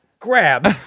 grab